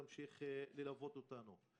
תמשיך ללוות אותנו.